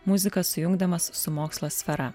muziką sujungdamas su mokslo sfera